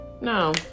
No